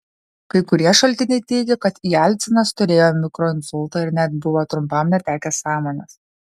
kai kurie šaltiniai teigia kad jelcinas turėjo mikroinsultą ir net buvo trumpam netekęs sąmonės